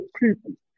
people